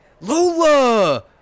Lola